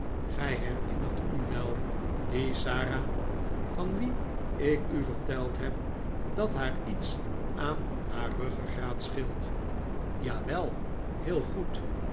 gij herinnert u wel die sara van wie ik u verteld heb dat haar iets aan haar ruggegraat scheelt jawel heel goed